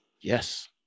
Yes